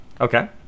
Okay